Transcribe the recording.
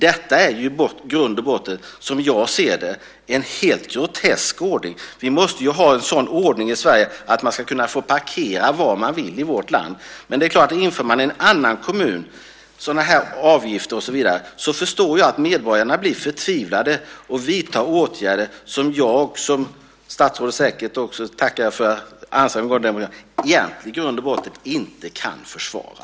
Detta är ju i grund och botten som jag ser det en helt grotesk ordning. Vi måste ha en sådan ordning i Sverige att man ska kunna få parkera var man vill i vårt land. Inför man sådana här avgifter i en annan kommun förstår jag att medborgarna blir förtvivlade och vidtar åtgärder som jag, och säkert också statsrådet, det tackar jag för, egentligen inte kan försvara.